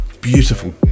beautiful